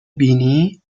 بینی